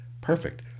Perfect